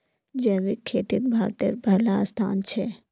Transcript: जैविक खेतित भारतेर पहला स्थान छे